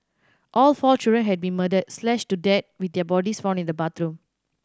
all four children had been murdered slashed to death with their bodies found in the bathroom